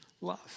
love